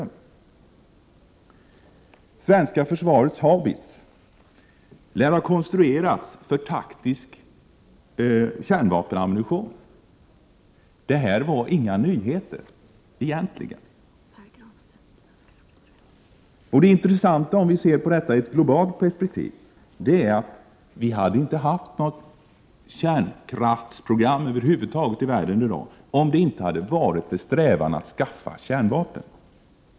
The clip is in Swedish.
Det svenska försvarets haubits var konstruerad för taktisk kärnvapenammunition. Detta var egentligen inga nyheter. Det intressanta, om vi ser detta i ett globalt perspektiv, är att vi inte hade haft något kärnkraftsprogram över huvud taget i världen i dag, om det inte hade funnits en strävan att skaffa kärnvapen.